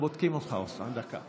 אנחנו בודקים אותך, דקה.